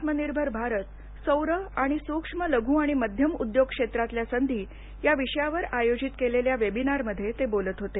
आत्मनिर्भर भारत सौर आणि सूक्ष्म लघू आणि मध्यम उद्योग क्षेत्रातल्या संधी या विषयावर आयोजित केलेल्या वेबिनारमध्ये ते बोलत होते